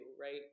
right